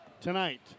tonight